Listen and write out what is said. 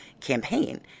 campaign